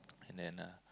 and then uh